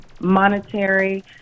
monetary